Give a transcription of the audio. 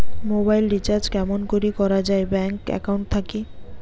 Mobile recharge কেমন করি করা যায় ব্যাংক একাউন্ট থাকি?